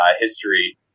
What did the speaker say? history